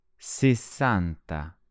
sessanta